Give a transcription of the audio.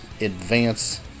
advance